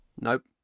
Nope